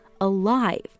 alive